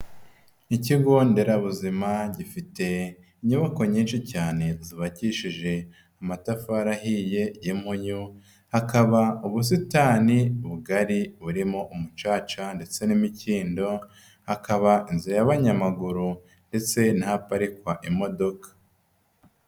Ikigo nderabuzima gifite inyubako nyinshi cyane zubakishije amatafari ahiye y'impunyu, hakaba ubusitani bugari burimo umucaca ndetse n'imikindo, hakaba inzira y'abanyamaguru ndetse n'ahaparikwa imodoka.